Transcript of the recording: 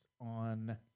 on